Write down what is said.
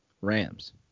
Rams